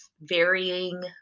varying